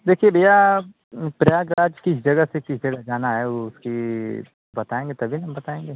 देखिए भैया प्रयागराज किस जगह से किस जगह जाना है वो उसकी बताएँगे तभी न हम बताएँगे